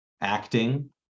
acting